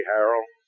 Harold